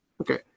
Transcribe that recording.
Okay